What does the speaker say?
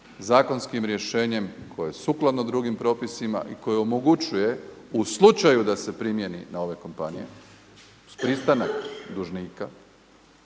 zakonskim rješenjem koje je sukladno drugim propisima i koje omogućuje u slučaju da se primijeni na ove kompanije uz pristanak dužnika